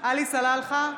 עלי סלאלחה,